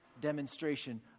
demonstration